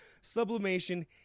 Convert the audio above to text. sublimation